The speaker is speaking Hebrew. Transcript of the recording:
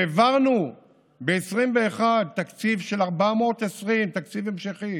והעברנו ב-2021 תקציב של 420, תקציב המשכי